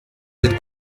cette